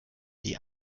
die